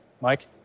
Mike